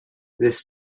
this